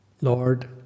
Lord